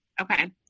Okay